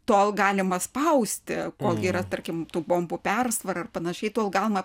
tol galima spausti kol yra tarkim tų bombų persvarą ir panašiai tol galima